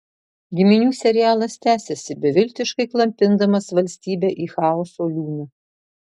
giminių serialas tęsiasi beviltiškai klampindamas valstybę į chaoso liūną